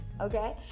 okay